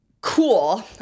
Cool